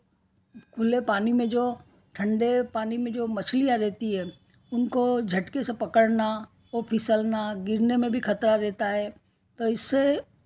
खुले पानी में जो ठंडे पानी में जो मछलियाँ रहती हैं उनको झटके से पकड़ना औ फिसलना गिरने में भी खतरा रहता है तो इससे